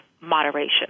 moderation